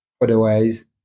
Otherwise